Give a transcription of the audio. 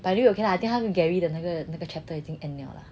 but I think okay lah I think 他是 gary 的那个那个 chapter 已经 end liao lah